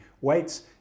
weights